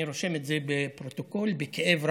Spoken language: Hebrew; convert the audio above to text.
אני רושם את זה בפרוטוקול בכאב רב,